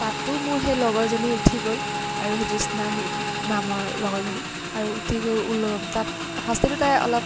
তাতো মোৰ সেই লগৰজনী উঠি গ'ল আৰু সেই জ্যোৎস্না নামৰ লগৰজনী আৰু উঠি গৈ ওলমি তাত ফাৰ্ষ্টতেটো তাই অলপ